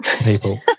people